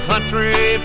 Country